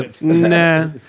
Nah